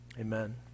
amen